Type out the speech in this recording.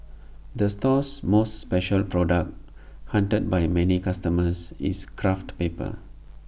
the store's most special product hunted by many customers is craft paper